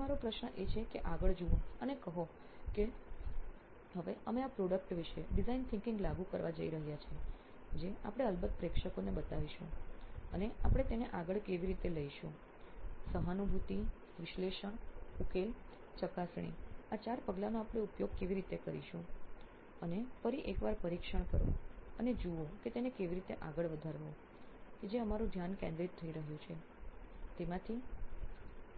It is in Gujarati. તેથી હવે મારો પ્રશ્ન એ છે કે આગળ જુઓ અને કહો કે કે હવે અમે આ પ્રોડક્ટ વિશે ડિઝાઇન વિચારસરણી લાગુ કરવા જઈ રહ્યા છીએ જે આપણે અલબત્ત પ્રેક્ષકોને બતાવીશું અને આપણે તેને આગળ કેવી રીતે લઈશું અને સહાનુભૂતિ વિશ્લેષણ ઉકેલ ચકાસણીના આ ચાર પગલાનો આપણે કેવી રીતે ઉપયોગ કરીશું અને ફરી એકવાર પરીક્ષણ કરો અને જુઓ કે તેને કેવી રીતે આગળ વધારવું કે જે અમારું ધ્યાન કેન્દ્રિત થઈ રહ્યું છે તેમાંથી